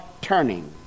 turning